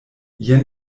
jen